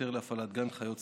היתר להפעלת גן חיות,